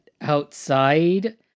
outside